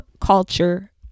culture